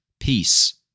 Peace